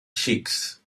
xics